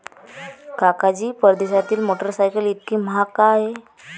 काका जी, परदेशातील मोटरसायकल इतकी महाग का आहे?